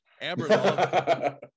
Amber